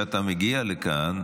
כשאתה מגיע לכאן,